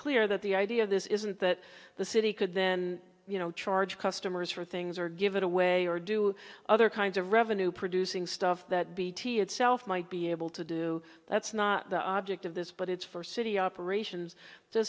clear that the idea of this isn't that the city could then you know charge customers for things or give it away or do other kinds of revenue producing stuff that bt itself might be able to do that's not the object of this but it's for city operations so